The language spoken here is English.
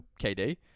KD